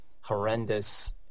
horrendous